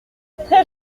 très